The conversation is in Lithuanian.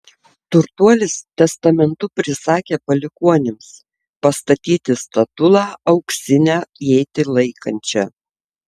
turtuolis testamentu prisakė palikuonims pastatyti statulą auksinę ietį laikančią